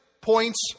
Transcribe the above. points